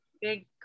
big